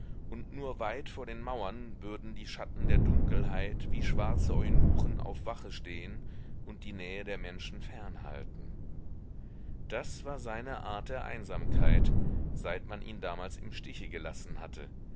und nur weit vor den mauern würden die schatten der dunkelheit wie schwarze eunuchen auf wache stehen und die nähe der menschen fernhalten das war seine art der einsamkeit seit man ihn damals im stiche gelassen hatte